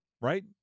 right